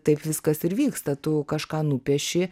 taip viskas ir vyksta tu kažką nupieši